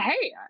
Hey